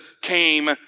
came